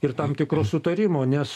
ir tam tikro sutarimo nes